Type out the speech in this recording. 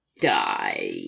die